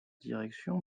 direction